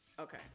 Okay